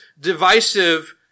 divisive